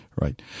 Right